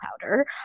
powder